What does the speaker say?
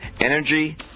energy